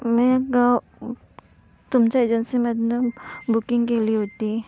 मी गं तुमच्या एजन्सीमधनं बुकिंग केली होती